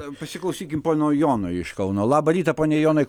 pasiklausykim pono jono iš kauno labą rytą pone jonai